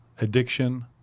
addiction